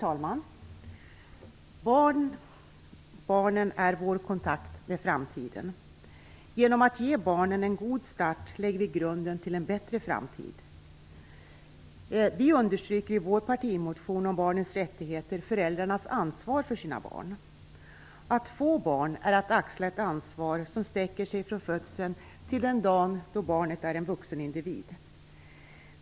Herr talman! Barnen är vår kontakt med framtiden. Genom att ge barnen en god start lägger vi grunden till en bättre framtid. Vi understryker i vår partimotion om barnens rättigheter föräldrarnas ansvar för sina barn. Att få barn är att axla ett ansvar som sträcker sig från födelsen till den dag då barnet är en vuxen individ.